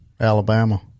Alabama